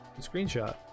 screenshot